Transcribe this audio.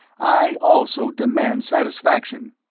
i also demand satisfaction.